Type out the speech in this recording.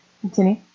Continue